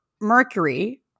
Mercury